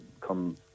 come